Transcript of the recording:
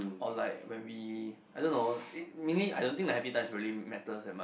or like when we I don't know meaning I don't think the happy times really matters that much